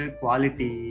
quality